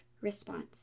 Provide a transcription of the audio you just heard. response